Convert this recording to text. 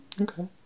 Okay